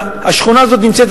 השכונה הזאת נמצאת,